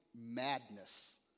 madness